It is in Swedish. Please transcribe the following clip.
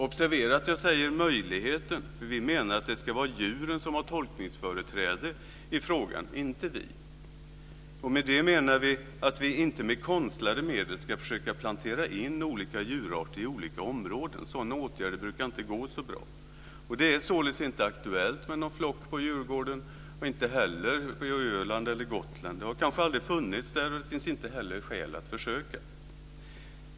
Observera att jag säger möjligheten. Vi menar att det ska vara djuren som har tolkningsföreträde i frågan och inte vi. Med det menar vi att vi inte med konstlade medel ska försöka att plantera in olika djurarter i olika områden. Sådana åtgärder brukar inte gå så bra. Det är således inte aktuellt med någon flock på Djurgården och inte heller på Öland eller Gotland. De har kanske aldrig funnits där, och det finns heller inte skäl att försöka.